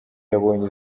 yabonye